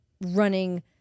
running